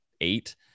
eight